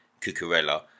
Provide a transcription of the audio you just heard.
Cucurella